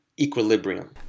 equilibrium